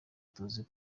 tuzi